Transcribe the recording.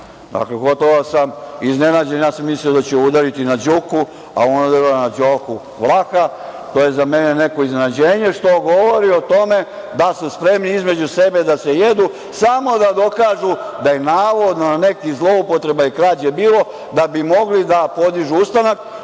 Vlaha, gotovo sam iznenađen. Ja sam mislio da će udariti na Đuku, a ona udarila na Đoku Vlaha. To je za mene iznenađenje, a to govori o tome da su spremni između sebe da se jedu, samo da dokažu da je navodno bilo nekih zloupotreba i krađe, da bi mogli da podižu ustanak,